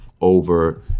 over